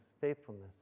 faithfulness